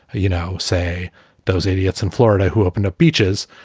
you know, say those idiots in florida who opened up beaches.